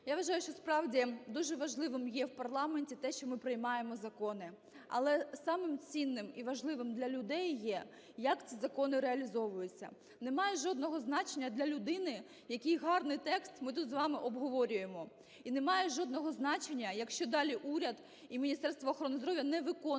Я вважаю, що, справді, дуже важливим є в парламенті те, що ми приймаємо закони, але самим цінним і важливим для людей є, як ці закони реалізовуються. Немає жодного значення для людини, який гарний текст ми тут з вами обговорюємо, і немає жодного значення, якщо далі уряд і Міністерство охорони здоров'я не виконує те,